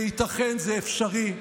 זה ייתכן, זה אפשרי.